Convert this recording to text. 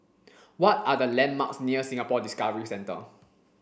what are the landmarks near Singapore Discovery Centre